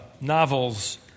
novels